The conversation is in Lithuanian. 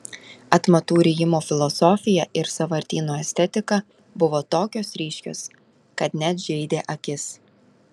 atmatų rijimo filosofija ir sąvartyno estetika buvo tokios ryškios kad net žeidė akis